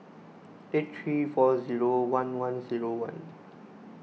eight three four zero one one zero one